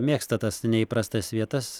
mėgsta tas neįprastas vietas